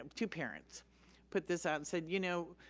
two parents put this out and said, you know